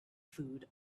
food